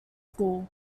school